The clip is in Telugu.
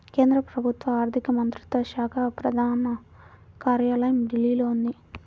కేంద్ర ప్రభుత్వ ఆర్ధిక మంత్రిత్వ శాఖ ప్రధాన కార్యాలయం ఢిల్లీలో ఉంది